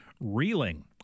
reeling